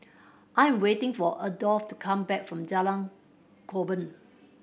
I am waiting for Adolf to come back from Jalan Korban